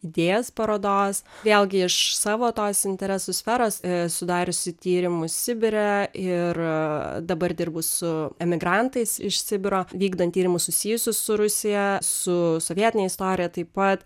idėjas parodos vėlgi iš savo tos interesų sferos esu dariusi tyrimus sibire ir dabar dirbu su emigrantais iš sibiro vykdant tyrimus susijusius su rusija su sovietine istorija taip pat